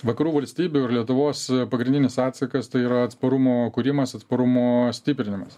vakarų valstybių ir lietuvos pagrindinis atsakas tai yra atsparumo kūrimas atsparumo stiprinimas